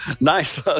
Nice